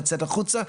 לצאת החוצה,